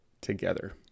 together